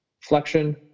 flexion